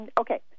Okay